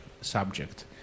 subject